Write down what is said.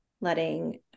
letting